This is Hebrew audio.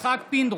יצחק פינדרוס,